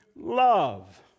love